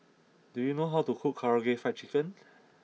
do you know how to cook Karaage Fried Chicken